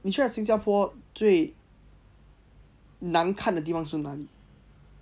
你觉得新加坡最难看的地方是哪里